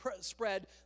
spread